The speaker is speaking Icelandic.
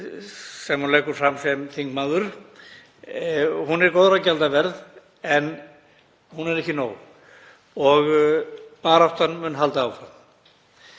sem hún leggur fram sem þingmaður, er góðra gjalda verð en hún er ekki nóg og baráttan mun halda áfram.